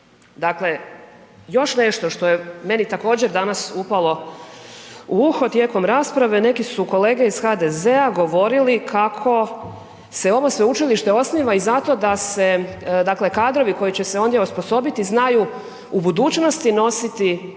Dakle, još nešto što je meni također danas upalo u uho tijekom rasprave, neki su kolege iz HDZ-a govorili kako se ovo sveučilište osniva i zato da se dakle kadrovi koji će se ondje osposobiti, znaju u budućnosti nositi sa